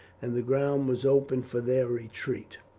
and the ground was open for their retreat.